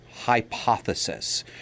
Hypothesis